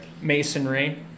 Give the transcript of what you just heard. Masonry